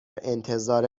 انتظار